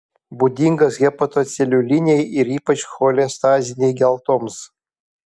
būdingas hepatoceliulinei ir ypač cholestazinei geltoms